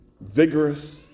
vigorous